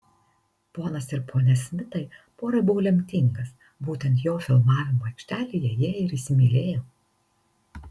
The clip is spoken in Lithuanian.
ponas ir ponia smitai porai buvo lemtingas būtent jo filmavimo aikštelėje jie ir įsimylėjo